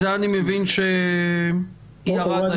אני מבין שזה ירד.